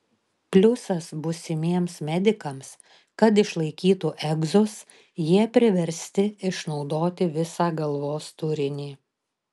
pliusas būsimiems medikams kad išlaikytų egzus jie priversti išnaudoti visą galvos turinį